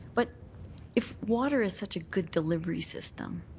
but if water is such a good delivery system,